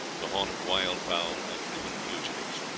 the haunt of wild-fowl and human fugitives.